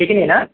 সেইখিনিয়ে না